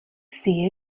sehe